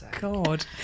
God